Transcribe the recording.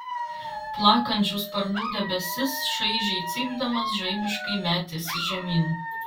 plakančių sparnų debesis šaižiai cypdamas žaibiškai metėsi žemyn